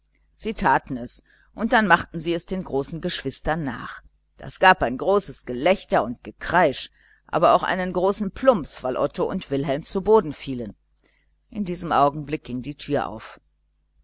taten es und dann machten sie es den großen geschwistern nach das gab ein gelächter und gekreisch und aber auch einen großen plumps weil otto und wilhelm zu boden fielen in diesem augenblick ging die türe auf